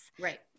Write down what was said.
Right